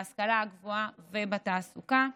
בהשכלה הגבוהה ובתעסוקה.